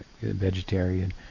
vegetarian